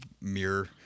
mirror